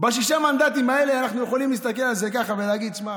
בשישה מנדטים האלה אנחנו יכולים להסתכל על זה ככה ולהגיד: תשמע,